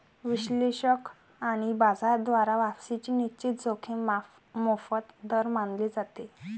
विश्लेषक आणि बाजार द्वारा वापसीची निश्चित जोखीम मोफत दर मानले जाते